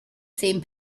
same